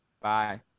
Bye